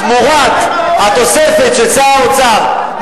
תמורת התוספת של שר האוצר,